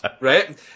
right